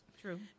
True